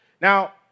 Now